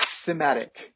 thematic